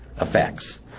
effects